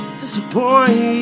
disappoint